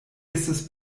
estas